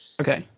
Okay